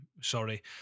sorry